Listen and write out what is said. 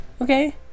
Okay